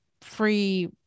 free